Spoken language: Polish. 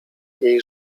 jej